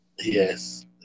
Yes